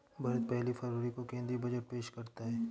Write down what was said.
भारत पहली फरवरी को केंद्रीय बजट पेश करता है